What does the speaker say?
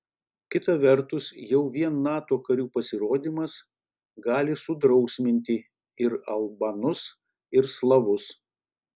kita vertus jau vien nato karių pasirodymas gali sudrausminti ir albanus ir slavus